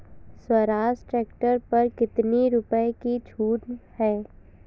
Swaraj tractor पर कितनी रुपये की छूट है?